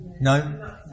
no